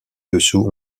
dessous